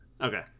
Okay